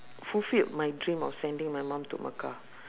fulfilled my dream of sending my mum to mecca